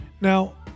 now